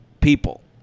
people